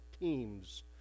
teams